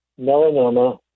melanoma